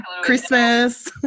Christmas